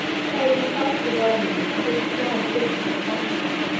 showed himself to the romans under the stern features of a conqueror.